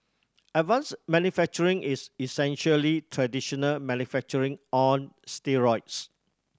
advanced manufacturing is essentially traditional manufacturing on steroids